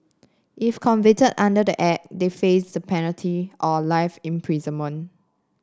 if convicted under the Act they face the penalty or life imprisonment